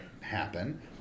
happen